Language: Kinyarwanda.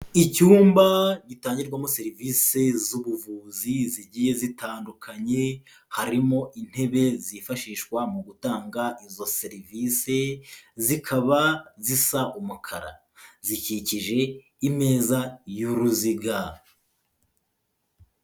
Icyumba gitangirwamo serivisi z'ubuvuzi zigiye zitandukanye, harimo intebe zifashishwa mu gutanga izo serivisi zikaba zisa umukara, zikikije imeza y'uruziga.